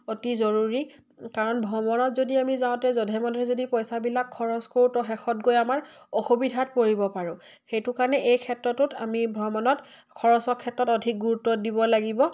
অতি জৰুৰী কাৰণ ভ্ৰমণত যদি আমি যাওঁতে যধে মধে যদি পইচাবিলাক খৰচ কৰোঁ তো শেষত গৈ আমাৰ অসুবিধাত পৰিব পাৰোঁ সেইটো কাৰণে এই ক্ষেত্ৰটোত আমি ভ্ৰমণত খৰচৰ ক্ষেত্ৰত অধিক গুৰুত্ব দিব লাগিব